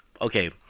Okay